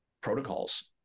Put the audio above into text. protocols